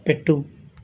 పెట్టు